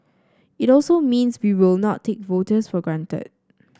it also means we will not take voters for granted